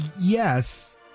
Yes